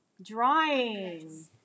Drawing